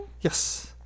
Yes